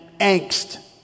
angst